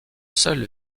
seul